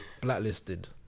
Blacklisted